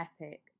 epic